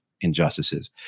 injustices